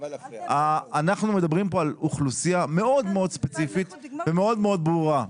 אנחנו מדברים פה על אוכלוסייה מאוד מאוד ספציפית ומאוד מאוד ברורה.